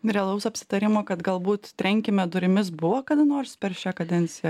realaus apsitarimo kad galbūt trenkime durimis buvo kada nors per šią kadenciją